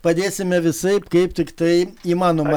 padėsime visaip kaip tiktai įmanoma